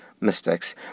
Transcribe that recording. mistakes